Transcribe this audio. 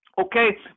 Okay